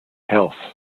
health